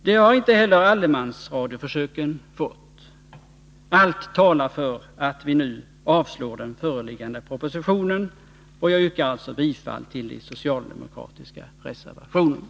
Det har inte heller allemansradioförsöken fått. Allt detta talar för att vi nu bör avslå den föreliggande propositionen. Jag yrkar alltså bifall till de socialdemokratiska reservationerna.